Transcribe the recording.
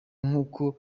nk’uko